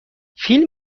فیلم